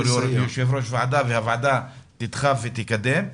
כיושב-ראש ועדה, עם הוועדה תדחוף ותקדם.